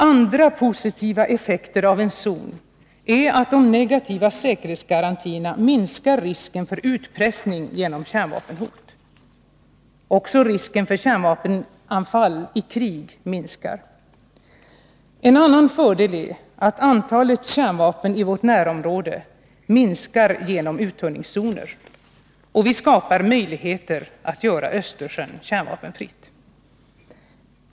Andra positiva effekter av en zon är att de negativa säkerhetsgarantierna minskar risken för utpressning genom kärnvapenhot. Också risken för kärnvapenanfall i krig minskar. Andra fördelar är att antalet kärnvapen i vårt närområde minskar genom uttunningszoner och att vi skapar möjligheter att göra Östersjön kärnvapenfri.